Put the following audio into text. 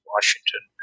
Washington